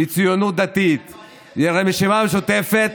מהציונות הדתית ומהרשימה המשותפת,